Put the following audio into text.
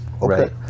right